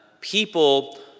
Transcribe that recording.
people